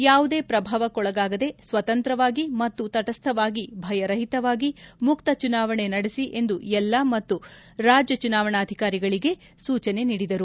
ಯಾವುದೇ ಪ್ರಭಾವಕ್ಕೊಳಗಾಗದೇ ಸ್ವತಂತ್ರವಾಗಿ ಮತ್ತು ತಟಸ್ಥವಾಗಿ ಭಯರಹಿತವಾಗಿ ಮುಕ್ತ ಚುನಾವಣೆ ನಡೆಸಿ ಎಂದು ಜಿಲ್ಲಾ ಮತ್ತು ರಾಜ್ಯ ಚುನಾವಣಾಧಿಕಾರಿಗಳಿಗೆ ಸೂಚನೆ ನೀಡಿದರು